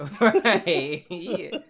Right